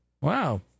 Wow